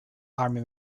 army